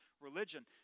religion